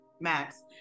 max